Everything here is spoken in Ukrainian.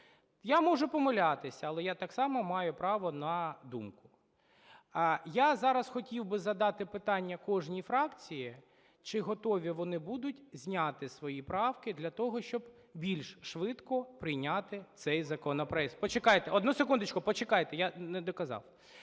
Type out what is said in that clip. Я можу помилятися, але я так само маю право на думку. Я зараз хотів би задати питання кожній фракції, чи готові вони будуть зняти свої правки для того, щоб більш швидко прийняти цей законопроект. Почекайте, одну секундочку, почекайте, я не доказав.